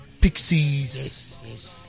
Pixies